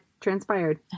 transpired